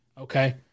Okay